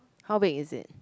how big is it